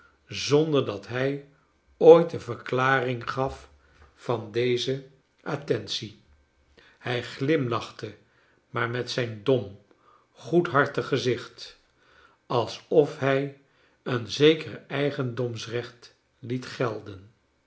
zonder dat hij ooit een verklaring gaf van deze att entie hrj glimlachte maar met zijn dom goedhartig gezicht alsof hij een zeker eigendomsrecht liet gelden